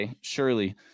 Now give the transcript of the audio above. Surely